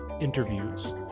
interviews